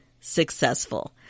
successful